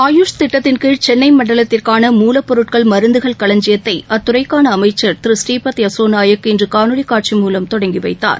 ஆயுஷ் திட்டத்தின்கீழ் சென்னை மண்டலத்திற்கான மூலப்பொருட்கள் மருந்துகள் களஞ்சியத்தை மத்திய அமைச்சர் அத்துறைக்கான திரு புரீபத் யெஸ்சோ நாயக் இன்று காணொலி காட்சி மூலம் தொடங்கி வைத்தார்